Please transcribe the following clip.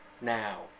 Now